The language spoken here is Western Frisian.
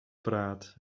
praat